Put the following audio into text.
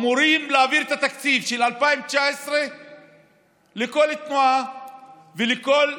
אמורים להעביר את התקציב של 2019 לכל תנועה ולכל ארגון,